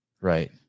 Right